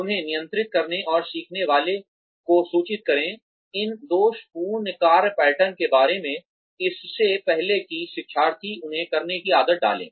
उन्हें नियंत्रित करने और सीखने वाले को सूचित करें इन दोष पूर्ण कार्य पैटर्न के बारे में इससे पहले कि शिक्षार्थी उन्हें करने की आदत डालें